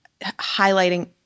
highlighting